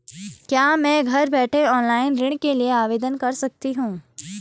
क्या मैं घर बैठे ऑनलाइन ऋण के लिए आवेदन कर सकती हूँ?